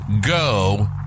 go